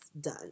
done